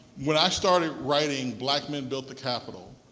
when i started writing black men built the capital,